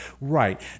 Right